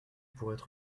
pourraient